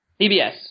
PBS